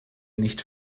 nicht